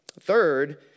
Third